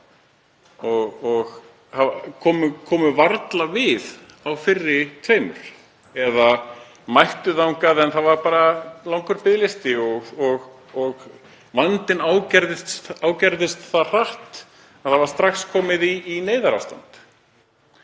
og hafa varla komið við á fyrri tveimur eða mætt þangað en það var bara langur biðlisti og vandinn ágerðist það hratt að það var strax komið í neyðarástand.